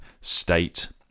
state